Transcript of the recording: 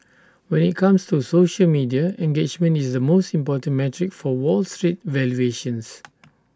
when IT comes to social media engagement is the most important metric for wall street valuations